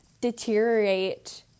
deteriorate